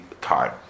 time